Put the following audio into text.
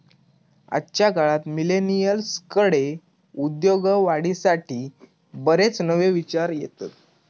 आजच्या काळात मिलेनियल्सकडे उद्योगवाढीसाठी बरेच नवे विचार येतत